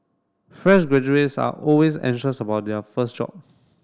fresh graduates are always anxious about their first job